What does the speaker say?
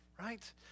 right